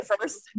first